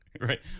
Right